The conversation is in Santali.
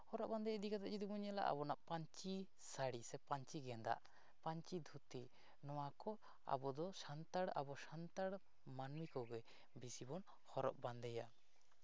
ᱦᱚᱨᱚᱜ ᱵᱟᱸᱫᱮ ᱤᱫᱤ ᱠᱟᱛᱮᱫ ᱡᱩᱫᱤ ᱵᱚᱱ ᱧᱮᱞᱟ ᱯᱟᱹᱧᱪᱤ ᱥᱟᱹᱲᱤ ᱥᱮ ᱯᱟᱹᱧᱪᱤ ᱜᱮᱸᱫᱟᱜ ᱯᱟᱹᱧᱪᱤ ᱫᱷᱩᱛᱤ ᱱᱚᱣᱟ ᱠᱚ ᱟᱵᱚ ᱫᱚ ᱥᱟᱱᱛᱟᱲ ᱟᱵᱚ ᱥᱟᱱᱛᱟᱲ ᱢᱟᱹᱱᱢᱤ ᱠᱚᱜᱮ ᱵᱮᱥᱤ ᱵᱚᱱ ᱦᱚᱨᱚᱜ ᱵᱟᱸᱫᱮᱭᱟ